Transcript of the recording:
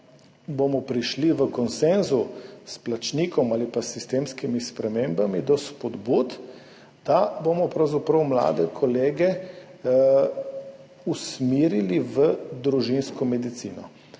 bomo prišli do konsenza s plačnikom ali pa s sistemskimi spremembami do spodbud, da bomo mlade kolege usmerili v družinsko medicino.